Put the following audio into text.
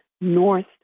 north